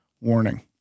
warning